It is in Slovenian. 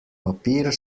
papir